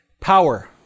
power